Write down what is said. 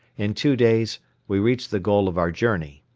in two days we reached the goal of our journey.